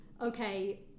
Okay